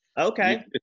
Okay